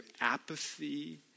apathy